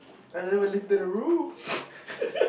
I never leave the room